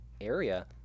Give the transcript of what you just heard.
area